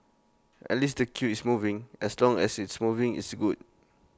at least the queue is moving as long as it's moving it's good